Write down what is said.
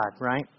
right